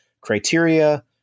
Criteria